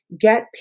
get